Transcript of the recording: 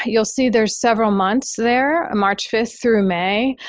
ah you'll see there's several months there, march fifth through may.